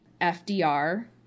FDR